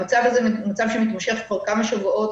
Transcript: המצב הזה מתמשך כבר כמה שבועות.